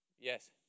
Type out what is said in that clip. Yes